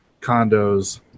condos